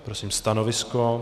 Prosím stanovisko.